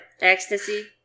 ecstasy